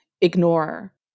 ignore